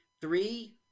Three